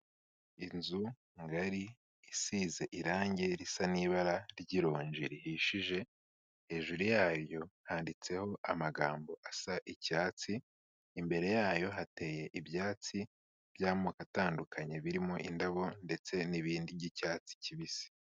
Inzu ngari isize irangi risa n'ibara ry'ironje rihishije, hejuru yayo handitseho amagambo asa icyatsi, imbere yayo hateye ibyatsi by'amoko atandukanye birimo indabo ndetse n'ibindi by'icyatsi kibisi.